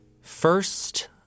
First